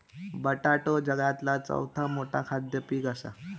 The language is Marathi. बटाटो जगातला चौथा मोठा खाद्य पीक असा